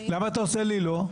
למה אתה עושה לי לא?